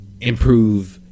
improve –